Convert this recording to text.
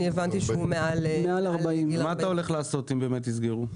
הבנתי שהוא מעל 40. מה אתה הולך לעשות אם יסגרו?